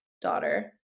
daughter